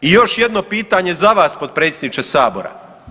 I još jedno pitanje za vas potpredsjedniče sabora.